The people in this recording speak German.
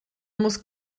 muss